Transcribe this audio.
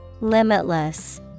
Limitless